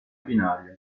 binario